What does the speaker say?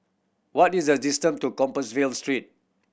what is the distant to Compassvale Street